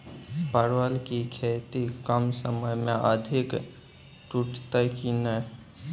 परवल की खेती कम समय मे अधिक टूटते की ने?